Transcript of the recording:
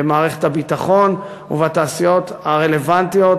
במערכת הביטחון ובתעשיות הרלוונטיות,